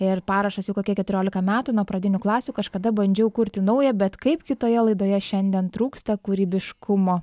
ir parašas jau kokie keturiolika metų nuo pradinių klasių kažkada bandžiau kurti naują bet kaip kitoje laidoje šiandien trūksta kūrybiškumo